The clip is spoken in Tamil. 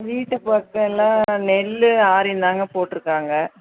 வீட்டு பருப்பெல்லாம் நெல் ஆரியும் தாங்க போட்டுருக்காங்க